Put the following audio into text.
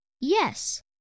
Yes